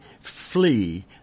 flee